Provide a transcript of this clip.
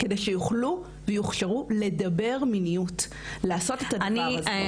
על מנת שיוכלו ויוכשרו לדבר מיניות ולעשות את הדבר הזה.